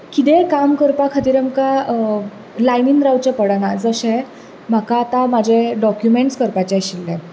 कितेंय काम करपा खातीर आमकां लायनीन रावचें पडना जशें म्हाका आतां म्हाजें डोक्युमेंट्स करपाचे आशिल्ले